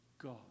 God